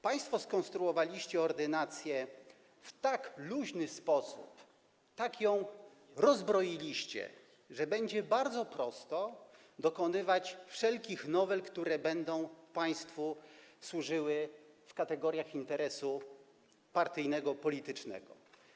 Państwo skonstruowaliście ordynację w tak luźny sposób, tak ją rozbroiliście, że będzie bardzo prosto dokonywać wszelkich nowel, które będą państwu służyły postrzegane w kategoriach interesu partyjnego, politycznego.